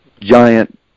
giant